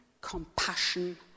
compassion